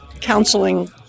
counseling